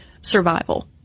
survival